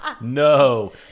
No